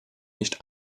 nicht